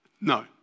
no